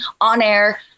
on-air